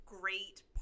great